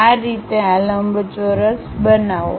આ રીતે આ લંબચોરસ બનાવો